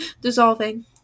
dissolving